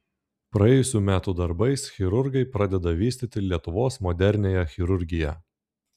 praėjusių metų darbais chirurgai pradeda vystyti lietuvos moderniąją chirurgiją